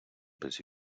без